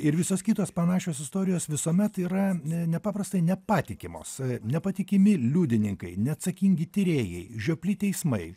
ir visos kitos panašios istorijos visuomet yra nepaprastai nepatikimos nepatikimi liudininkai neatsakingi tyrėjai žiopli teismai